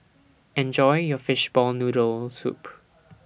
Enjoy your Fishball Noodle Soup